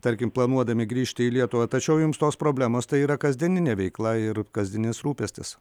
tarkim planuodami grįžti į lietuvą tačiau jums tos problemos tai yra kasdieninė veikla ir kasdieninis rūpestis